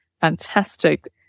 fantastic